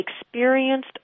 experienced